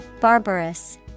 barbarous